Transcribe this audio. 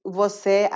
você